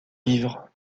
livres